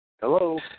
Hello